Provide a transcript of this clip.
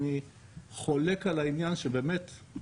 אני חולק על העניין שבאמת,